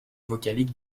vocaliques